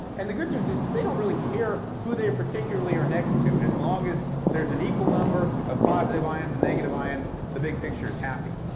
and the good news is is they don't really care who they particularly are next to. as long as there are an equal number of positive ions and negative ions, the big picture is happy.